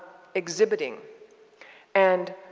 exhibiting and